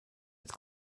its